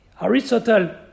Aristotle